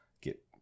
get